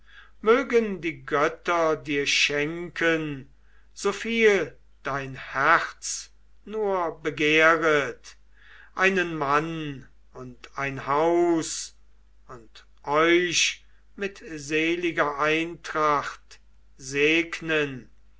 mögen die götter dir schenken so viel dein herz nur begehret einen mann und ein haus und euch mit seliger eintracht segnen